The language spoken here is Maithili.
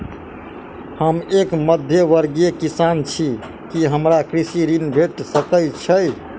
हम एक मध्यमवर्गीय किसान छी, की हमरा कृषि ऋण भेट सकय छई?